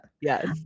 Yes